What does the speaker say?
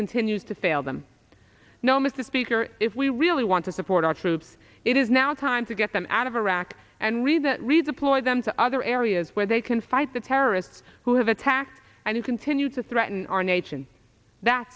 continues to fail them no mr speaker if we really want to support our troops it is now time to get them out of iraq and read that reid's employ them to other areas where they can fight the terrorists who have attacked and you continue to threaten our nation that's